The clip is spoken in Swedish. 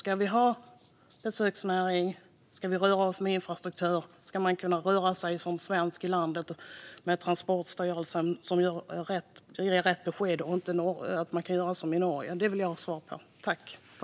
Ska vi ha en besöksnäring, och ska man som svensk kunna röra sig i landet? Jag vill ha svar på om vi ska vi ha en Transportstyrelse som ger rätt besked och om vi kan göra som i Norge.